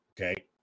Okay